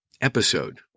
episode